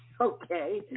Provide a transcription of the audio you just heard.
Okay